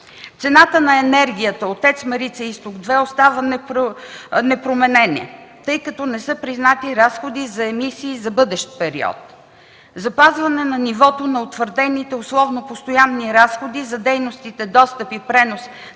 Цената на енергията от ТЕЦ „Марица Изток 2” остава непроменена, тъй като не са признати разходи за емисии за бъдещ период; - запазване на нивото на утвърдените условно постоянни разходи за дейностите достъп и пренос